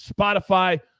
Spotify